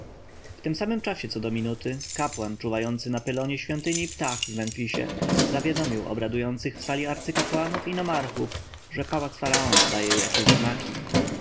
w tym samym czasie co do minuty kapłan czuwający na pylonie świątyni ptah w memfisie zawiadomił obradujących w sali arcykapłanów i nomarchów że pałac faraona daje jakieś znaki